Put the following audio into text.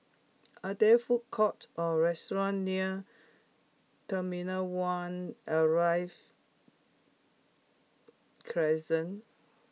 are there food courts or restaurants near terminal one Arrival Crescent